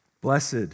Blessed